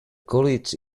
college